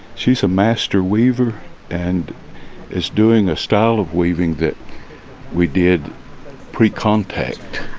she's a master weaver and is doing a style of weaving that we did precontact.